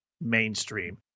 mainstream